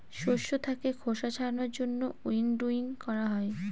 শস্য থাকে খোসা ছাড়ানোর জন্য উইনউইং করা হয়